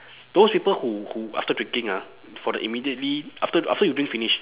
those people who who after drinking ah for the immediately after after you drink finish